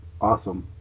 Awesome